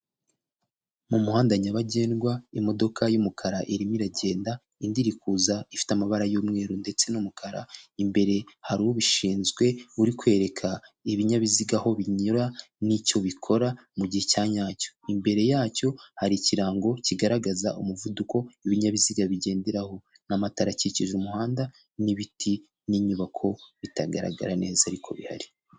Mu muhanda nyabagendwa imodoka y'umukara irimo iragenda, indi iri kuza ifite amabara y'umweru ndetse n'umukara, imbere hari ubishinzwe uri kwereka ibinyabiziga aho binyura n'icyo bikora mu gihe cya nyacyo. Imbere yacyo hari ikirango kigaragaza umuvuduko ibinyabiziga bigenderaho n'amatara akikije umuhanda, n'ibiti n'inyubako bitagaragara neza ariko bihari.